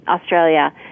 Australia –